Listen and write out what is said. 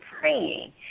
praying